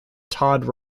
todd